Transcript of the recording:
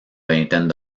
vingtaine